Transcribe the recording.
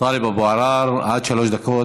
טלב אבו עראר, עד שלוש דקות.